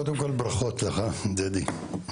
קודם כל ברכות לך, דדי.